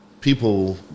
people